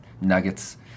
nuggets